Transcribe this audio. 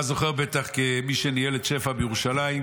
אתה זוכר בטח, כמי שניהל את שפ"ע בירושלים,